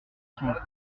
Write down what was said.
sombre